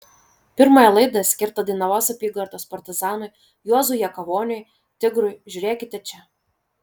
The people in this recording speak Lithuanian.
pirmąją laidą skirtą dainavos apygardos partizanui juozui jakavoniui tigrui žiūrėkite čia